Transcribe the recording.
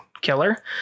killer